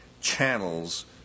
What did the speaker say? channels